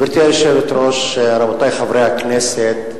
גברתי היושבת-ראש, רבותי חברי הכנסת,